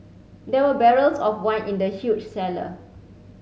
there were barrels of wine in the huge cellar